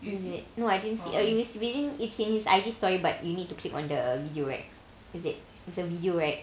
is it no I didn't see oh if it's within it's in his I_G story but you need to click on the video right is it it's a video right